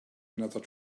another